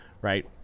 Right